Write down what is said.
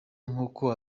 nk’uko